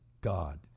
God